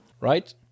Right